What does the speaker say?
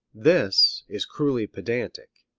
this is cruelly pedantic.